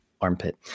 armpit